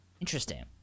Interesting